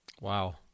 Wow